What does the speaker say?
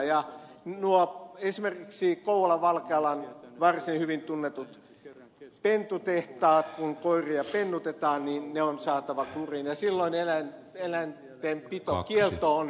esimerkiksi nuo kouvolan valkealan varsin hyvin tunnetut pentutehtaat kun koiria pennutetaan on saatava kuriin ja silloin eläintenpitokielto on hyvin tärkeä